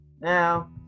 Now